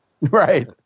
right